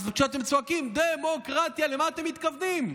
כשאתם צועקים: ד-מו-קרט-יה, למה אתם מתכוונים?